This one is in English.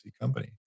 company